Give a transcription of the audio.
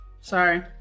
sorry